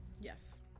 Yes